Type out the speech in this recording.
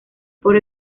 por